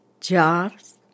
jars